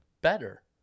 better